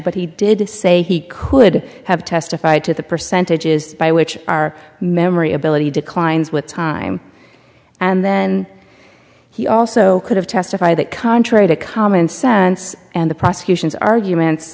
but he did say he could have testified to the percentages by which our memory ability declines with time and then he also could have testified that contrary to common sense and the prosecution's arguments